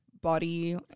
body